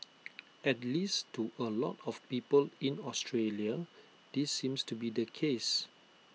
at least to A lot of people in Australia this seems to be the case